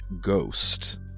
ghost